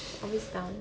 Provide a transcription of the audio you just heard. always town